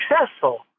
successful